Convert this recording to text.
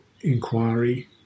inquiry